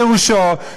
פירושו,